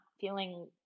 feeling